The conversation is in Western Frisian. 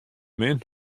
min